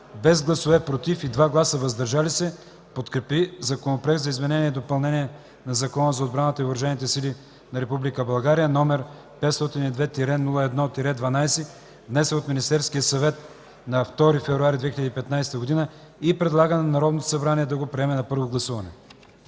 без гласове „против” и 2 гласа „въздържали се” подкрепи Законопроект за изменение и допълнение на Закона за отбраната и въоръжените сили на Република България, № 502-01-12, внесен от Министерския съвет на 2 февруари 2015 г. и предлага на Народното събрание да го приеме на първо гласуване.”